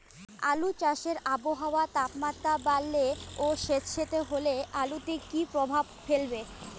আলু চাষে আবহাওয়ার তাপমাত্রা বাড়লে ও সেতসেতে হলে আলুতে কী প্রভাব ফেলবে?